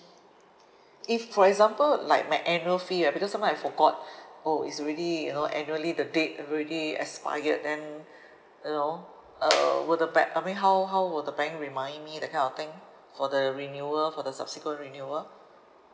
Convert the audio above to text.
if for example like my annual fee right because sometimes I forgot oh it's already you know annually the date already expired then you know uh will the ba~ I mean how how will the bank remind me that kind of thing for the renewal for the subsequent renewal